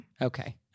Okay